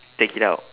take it out